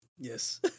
Yes